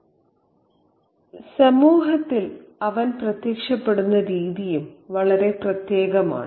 അവന്റെ രൂപവും സമൂഹത്തിൽ അവൻ പ്രത്യക്ഷപ്പെടുന്ന രീതിയും വളരെ പ്രത്യേകമാണ്